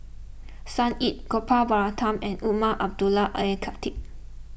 Sun Yee Gopal Baratham and Umar Abdullah Al Khatib